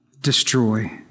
destroy